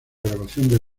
grabaciones